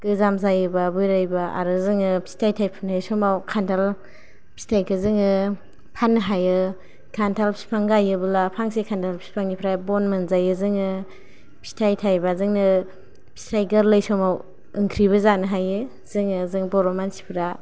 गोजाम जायोबा बोरायबा आरो जोङो फिथाय थायफुनाय समाव खानथाल फिथायखौ जोङो फान्नो हायो खान्थाल फिफां गायोब्ला फांसे खान्थाल फिफांनिफ्राय बन मोनजायो जोङो फिथाय थायबा जोंनो फिथाय गोरलै समाव ओंख्रिबो जानो हायो जोङो जों बर' मानसिफोरा